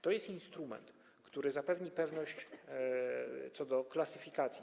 To jest instrument, który zapewni pewność co do klasyfikacji.